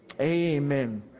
Amen